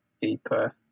deeper